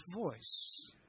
voice